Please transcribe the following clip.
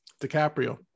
DiCaprio